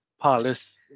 Palace